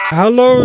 Hello